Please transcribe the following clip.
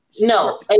No